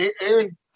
Aaron